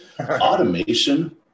Automation